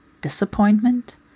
disappointment